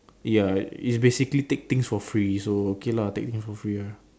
ya is basically take things for free so okay lah take things for free ah